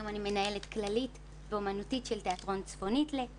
היום אני מנהלת כללית ואומנותית של תיאטרון צפונית'לה,